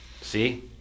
See